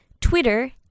Twitter